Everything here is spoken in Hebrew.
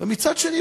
ומצד שני,